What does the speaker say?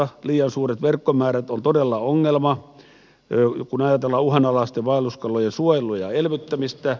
liian suuret verkkomäärät ovat todella ongelma kun ajatellaan uhanalaisten vaelluskalojen suojelua ja elvyttämistä